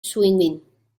swinging